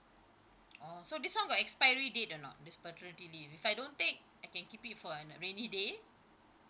oh so this one got expiry date or not this paternity leave if I don't take I can keep it for a rainy day